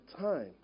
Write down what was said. time